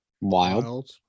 Wild